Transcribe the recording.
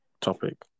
topic